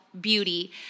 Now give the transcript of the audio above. beauty